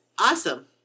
Awesome